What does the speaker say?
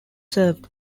served